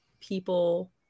people